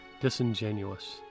disingenuous